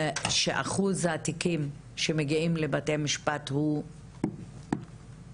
שאחוז התיקים שמגיעים לבתי משפט הוא בעיניי